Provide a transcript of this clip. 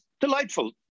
delightful